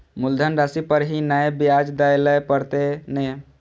मुलधन राशि पर ही नै ब्याज दै लै परतें ने?